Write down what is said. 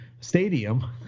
stadium